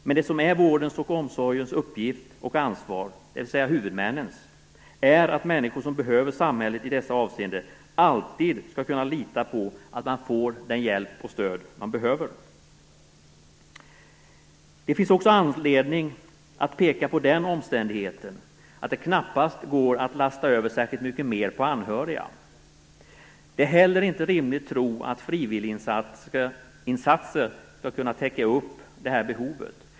Men det som är vårdens och omsorgens uppgift och ansvar, dvs. huvudmännens, är att människor som behöver samhället i dessa avseenden alltid skall kunna lita på att de får den hjälp och det stöd de behöver. Det finns också anledning att peka på den omständigheten att det knappast går att lasta över särskilt mycket mer på anhöriga. Det är heller inte rimligt att tro att frivilliginsatser skall kunna täcka upp det här behovet.